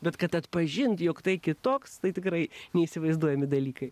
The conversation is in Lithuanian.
bet kad atpažinti jog tai kitoks tai tikrai neįsivaizduojami dalykai